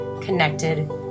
connected